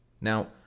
Now